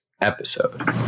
episode